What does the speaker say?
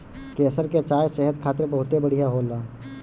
केसर के चाय सेहत खातिर बहुते बढ़िया होला